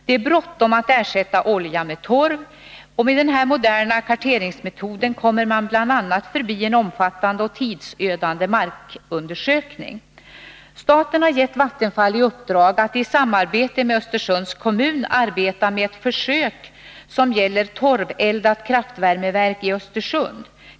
Det är bråttom att ersätta olja med torv, och med den här moderna karteringsmetoden kommer man bl.a. förbi en omfattande och tidsödande markundersökning. Staten har gett Vattenfall i uppdrag att i samarbete med Östersunds kommun arbeta med ett försök som gäller ett torveldat kraftvärmeverk i Östersund.